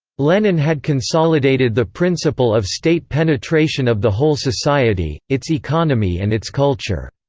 lenin had consolidated the principle of state penetration of the whole society, its economy and its culture.